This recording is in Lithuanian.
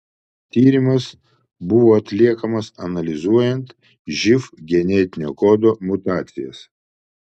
tyrimas buvo atliekamas analizuojant živ genetinio kodo mutacijas